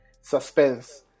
suspense